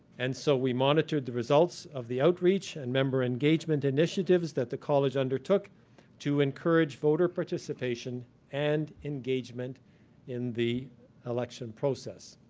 and so, we monitored the results of the outreach and member engagement initiatives that the college undertook to encourage voter participation and engagement in the election process.